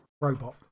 robot